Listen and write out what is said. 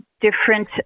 different